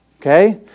Okay